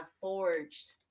forged